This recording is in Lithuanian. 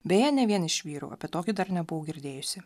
beje ne vien iš vyrų apie tokį dar nebuvau girdėjusi